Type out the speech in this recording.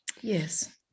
yes